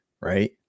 right